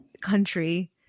country